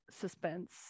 suspense